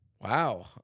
Wow